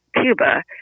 Cuba